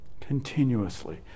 continuously